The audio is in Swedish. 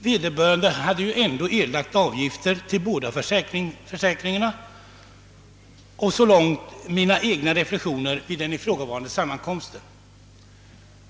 Vederbörande hade ju ändå erlagt avgifter till båda försäkringarna. Så långt mina egna reflexioner vid ifrågavarande sammankomst.